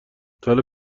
تاحالا